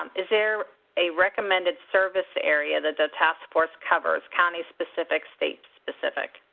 um is there a recommended service area that the task force covers, county specific, state specific?